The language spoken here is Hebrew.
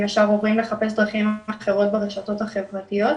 ישר עוברים לחפש דרכים אחרות ברשתות החברתיות,